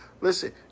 Listen